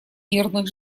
мирных